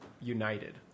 united